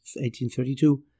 1832